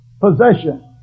possession